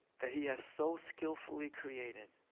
that he has so skillfully created,